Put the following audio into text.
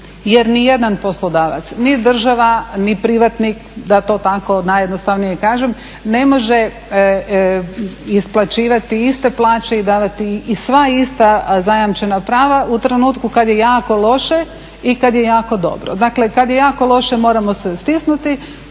jer nijedan poslodavac, ni država, ni privatnik, da to tako najjednostavnije kažem, ne može isplaćivati iste plaće i davati i sva ista zajamčena prava u trenutku kad je jako loše i kad je jako dobro. Dakle kad je jako loše moramo se stisnuti,